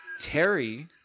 Terry